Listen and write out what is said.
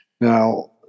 Now